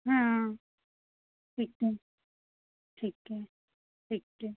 हाँ ठीक है ठीक है ठीक है